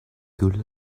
good